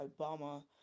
obama